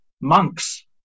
monks